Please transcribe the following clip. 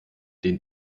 den